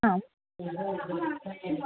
आम्